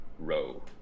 Row